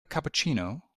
cappuccino